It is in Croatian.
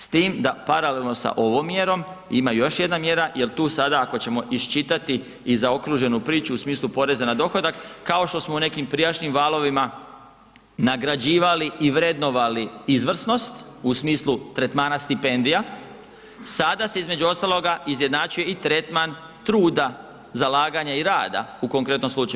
S tim da paralelno sa ovom mjerom ima još jedna mjera jer tu sada ako ćemo iščitati i zaokruženu priču u smislu porezna na dohodak, kao što smo u nekim prijašnjim valovima nagrađivali i vrednovali izvrsnost u smislu tretmana stipendija, sada se, između ostaloga izjednačuje i tretman truda, zalaganja i rada u konkretnom slučaju.